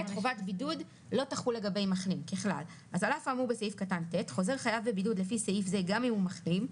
ט' חוזר חייב בבידוד לפי סעיף זה גם אם הוא מחלים,